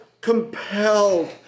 compelled